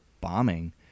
bombing